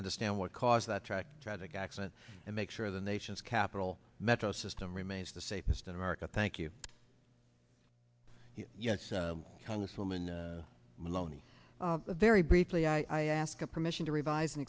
understand what caused that track tragic accident and make sure the nation's capital metro system remains the safest in america thank you yes congresswoman maloney very briefly i ask permission to revise and